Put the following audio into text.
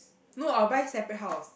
no I will buy separate house